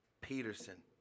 Peterson